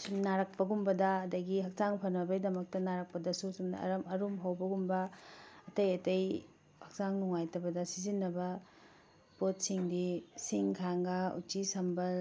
ꯁꯨꯝ ꯅꯥꯔꯛꯄꯒꯨꯝꯕꯗ ꯑꯗꯨꯗꯒꯤ ꯍꯛꯆꯥꯡ ꯐꯅꯕꯒꯤꯗꯃꯛꯇ ꯅꯥꯔꯛꯄꯗꯁꯨ ꯆꯨꯝꯅ ꯑꯔꯨꯝ ꯍꯧꯕꯒꯨꯝꯕ ꯑꯇꯩ ꯑꯇꯩ ꯍꯛꯆꯥꯡ ꯅꯨꯡꯉꯥꯏꯇꯕꯗ ꯁꯤꯖꯤꯟꯅꯕ ꯄꯣꯠꯁꯤꯡꯗꯤ ꯁꯤꯡꯈꯥꯡꯒꯥ ꯎꯆꯤꯁꯝꯕꯜ